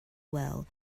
well